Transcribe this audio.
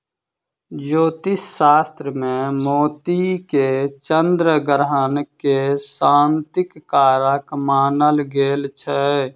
ज्योतिष शास्त्र मे मोती के चन्द्र ग्रह के शांतिक कारक मानल गेल छै